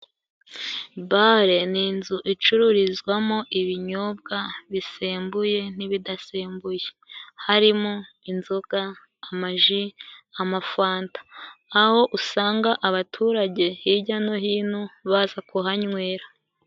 Bare ni inzu icururizwamo ibinyobwa bisembuye n'ibidasembuye. Harimo inzoga, amaji, amafanta. Aho usanga abaturage hirya no hino baza kuhanywera.